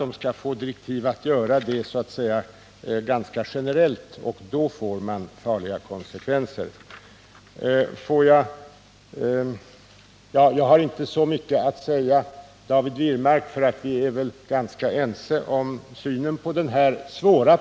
Det skall tydligen enligt Alf Lövenborg vara ett generellt direktiv, och då får man farliga konsekvenser. Jag har inte så mycket att säga till David Wirmark, för vi är ganska överens i synen på denna svåra problematik.